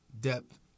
depth